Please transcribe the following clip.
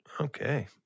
Okay